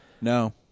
No